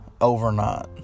overnight